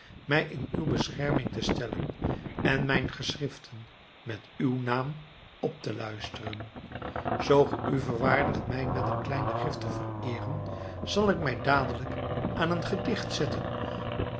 mij in uw bescherming te stellen en mijn geschriften met uw naam op te luisteren zoo ge u verwaardigt mij met een kleine gift te vereeren zal ik mij dadelijk aan een gedicht zetten